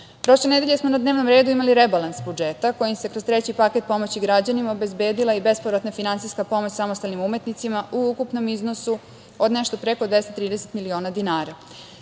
nedelje smo na dnevnom redu imali rebalans budžeta kojim se kroz treći paket pomoći građanima obezbedila i bespovratna finansijska pomoć samostalnim umetnicima u ukupnom iznosu od nešto preko 230 miliona dinara.